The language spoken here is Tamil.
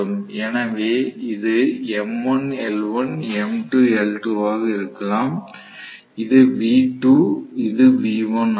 எனவே இது M1L1 M2 L2 ஆக இருக்கலாம் இது V2 இது V1 ஆகும்